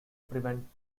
prevent